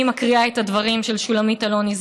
מקריאה את הדברים של שולמית אלוני,